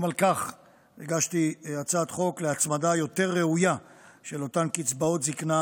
גם על כך הגשתי הצעת חוק להצמדה יותר ראויה של אותן קצבאות זקנה